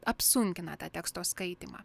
apsunkina tą teksto skaitymą